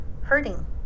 hurting